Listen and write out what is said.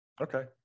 Okay